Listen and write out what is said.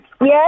Yes